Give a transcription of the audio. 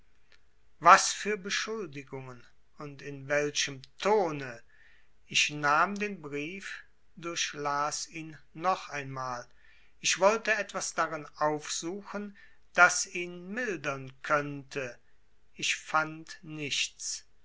was für beschuldigungen und in welchem tone ich nahm den brief durchlas ihn noch einmal ich wollte etwas darin aufsuchen das ihn mildern könnte ich fand nichts